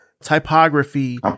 typography